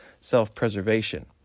self-preservation